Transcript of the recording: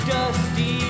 Dusty